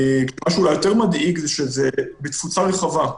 מה שאולי יותר מדאיג זה שזה בתפוצה רחבה.